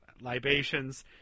libations